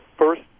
first